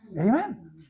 Amen